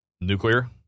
nuclear